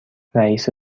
رئیس